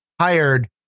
hired